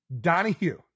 Donahue